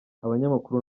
abanyamakuru